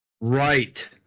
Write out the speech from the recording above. Right